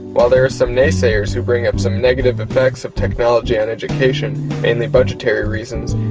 while there are some naysayers who bring up some negative effects of technology on education, mainly budgetary reasons,